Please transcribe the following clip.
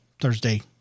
Thursday